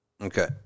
Okay